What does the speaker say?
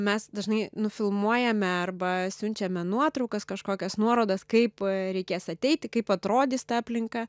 mes dažnai nufilmuojame arba siunčiame nuotraukas kažkokias nuorodas kaip reikės ateiti kaip atrodys ta aplinka